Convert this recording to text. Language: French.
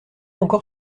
encore